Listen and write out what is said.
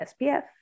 SPF